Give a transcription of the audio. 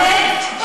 באמת,